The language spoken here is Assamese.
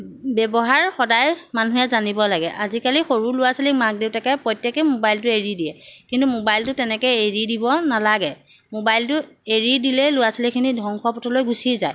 ব্যৱহাৰ সদায় মানুহে জানিব লাগে আজিকালি সৰু ল'ৰা ছোৱালীক মাক দেউতাকে প্ৰত্যেকেই মোবাইলটো এৰি দিয়ে কিন্তু মোবাইলটো তেনেকৈ এৰি দিব নালাগে মোবাইলটো এৰি দিলেই ল'ৰা ছোৱালীখিনি ধ্বংস পথলৈ গুচি যায়